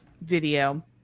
video